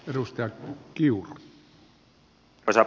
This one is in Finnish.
arvoisa herra puhemies